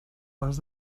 pas